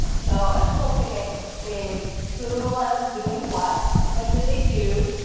so, a tootle ticket is who was doing what, what did they do,